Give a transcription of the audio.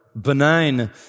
benign